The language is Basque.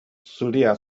zuria